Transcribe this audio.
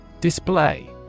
Display